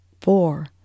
four